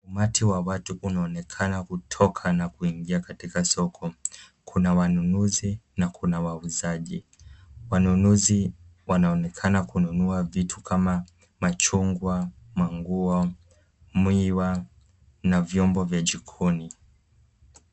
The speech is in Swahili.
Umati wa watu unaonekana kutoka na kuingia katika soko. Kuna wanunuzi na kuna wauzaji. Wanunuzi wanaonekana kununua vitu kama machungwa, manguo, miwa na vyombo vya jikoni.